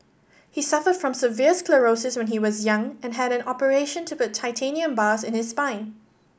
he suffered from severe sclerosis when he was young and had an operation to put titanium bars in his spine